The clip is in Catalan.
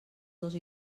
dos